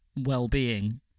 well-being